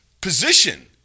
position